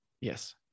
Yes